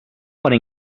para